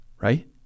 right